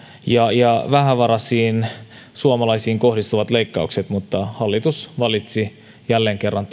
ja ja vähävaraisiin suomalaisiin kohdistuvat leikkaukset mutta hallitus valitsi jälleen kerran